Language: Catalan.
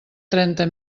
trenta